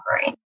offering